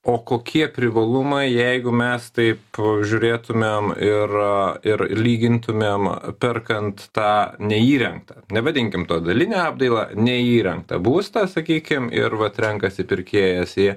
o kokie privalumai jeigu mes taip žiūrėtumėm ir ir lygintumėm perkant tą neįrengtą nevadinkim to daline apdaila neįrengtą būstą sakykim ir vat renkasi pirkėjas jį